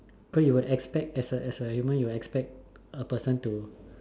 cause you would expect as a as a human you would expect a human to